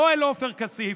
לא אל עופר כסיף,